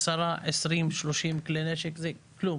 עשרה, 20 , 30 כלי נשק, זה כלום.